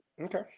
Okay